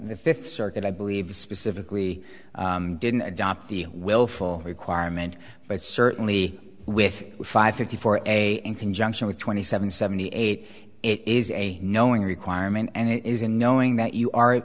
the fifth circuit i believe specifically didn't adopt the willful requirement but certainly with five fifty four a in conjunction with twenty seven seventy eight it is a knowing requirement and it is in knowing that you are